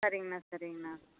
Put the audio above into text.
சரிங்கண்ணா சரிங்கண்ணா